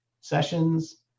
sessions